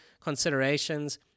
considerations